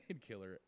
killer